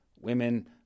women